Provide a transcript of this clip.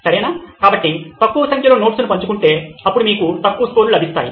సరేనా కాబట్టి తక్కువ సంఖ్యలో నోట్స్ ను పంచుకుంటే అప్పుడు మీకు తక్కువ స్కోర్లు లభిస్తాయి